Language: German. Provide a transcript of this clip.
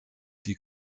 die